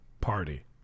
party